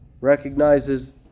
recognizes